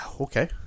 Okay